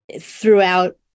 throughout